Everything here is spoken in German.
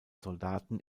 soldaten